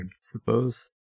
suppose